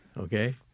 Okay